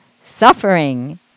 suffering